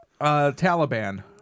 Taliban